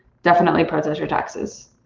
definitely protest your taxes.